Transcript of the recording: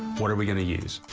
what do we but use.